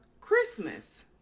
Christmas